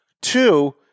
Two